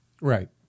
Right